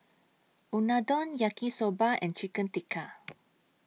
Unadon Yaki Soba and Chicken Tikka